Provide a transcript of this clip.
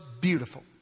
beautiful